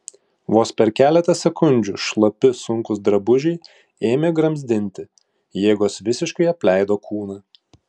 vos per keletą sekundžių šlapi sunkūs drabužiai ėmė gramzdinti jėgos visiškai apleido kūną